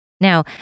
Now